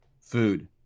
food